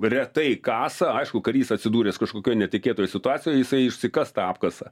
retai kasa aišku karys atsidūręs kažkokioj netikėtoj situacijoj jisai išsikas tą apkasą